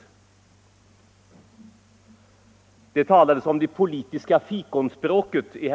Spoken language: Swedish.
Herr Jörn Svensson talade i sitt inlägg om det politiska fikonspråket.